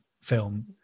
film